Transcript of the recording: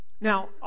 Now